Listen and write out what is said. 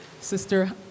Sister